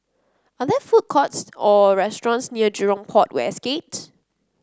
are there food courts or restaurants near Jurong Port West Gate